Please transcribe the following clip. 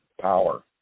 power